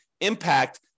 impact